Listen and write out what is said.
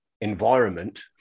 environment